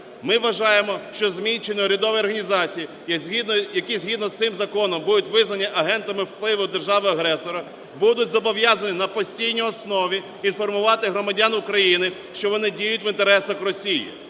Ми вважаємо, що ЗМІ чи неурядові організації, які згідно з цим законом будуть визнані агентами впливу держави-агресора, будуть зобов'язані на постійній основі інформувати громадян України, що вони діють в інтересах Росії.